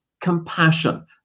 compassion